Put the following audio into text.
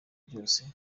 byose